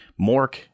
Mork